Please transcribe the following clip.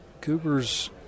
Cooper's